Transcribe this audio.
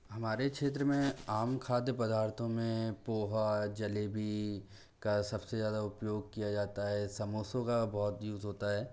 हमारे क्षेत्र में आम खाद्य पदार्थों में पोहा जलेबी का सबसे ज़्यादा उपयोग किया जाता है समोसों का बहुत यूज़ होता है